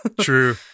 True